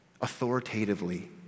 authoritatively